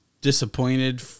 disappointed